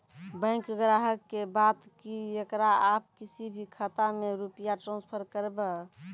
Bank ग्राहक के बात की येकरा आप किसी भी खाता मे रुपिया ट्रांसफर करबऽ?